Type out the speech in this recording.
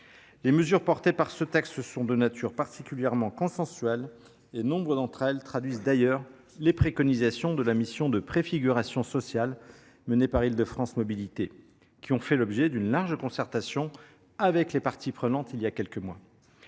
Les mesures contenues dans ce texte sont de nature particulièrement consensuelle ; nombre d’entre elles traduisent d’ailleurs les préconisations de la mission de préfiguration sociale menée par Île de France Mobilités, qui ont fait l’objet d’une large concertation avec les parties prenantes il y a quelques mois.